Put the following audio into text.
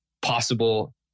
possible